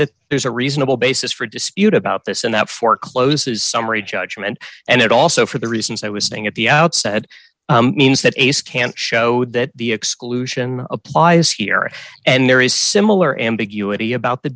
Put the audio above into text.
that there's a reasonable basis for dispute about this and that forecloses summary judgment and it also for the reasons i was sitting at the outset means that a scan showed that the exclusion applies here and there is similar a